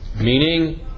Meaning